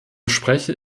spreche